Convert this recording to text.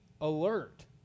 alert